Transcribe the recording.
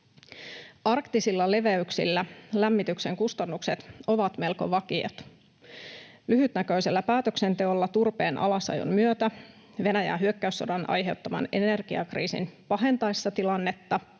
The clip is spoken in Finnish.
Arktisilla leveyksillä lämmityksen kustannukset ovat melko vakiot. Lyhytnäköisellä päätöksenteolla turpeen alasajon myötä — Venäjän hyökkäyssodan aiheuttaman energiakriisin pahentaessa tilannetta